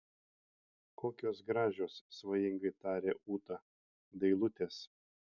kokios gražios svajingai tarė ūta dailutės